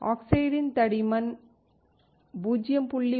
ஆக்சைட்டின் தடிமன் 0